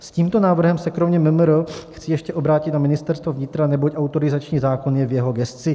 S tímto návrhem se kromě MMR chci ještě obrátit na Ministerstvo vnitra, neboť autorizační zákon je v jeho gesci.